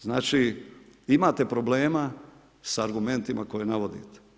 Znači imate problema sa argumentima koje navodite.